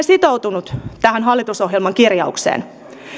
sitoutunut tähän hallitusohjelman kirjaukseen